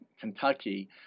Kentucky